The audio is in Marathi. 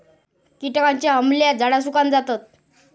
किटकांच्या हमल्यात झाडा सुकान जातत